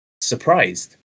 surprised